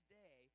day